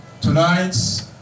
Tonight